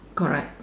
correct